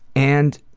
and